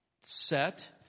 set